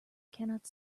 cannot